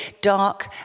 dark